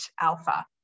alpha